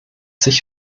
sich